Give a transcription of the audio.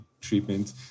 treatment